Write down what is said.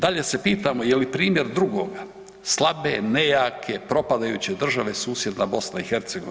Dalje se pitamo je li primjer drugoga slabe, nejake, propadajuće države susjedna BiH?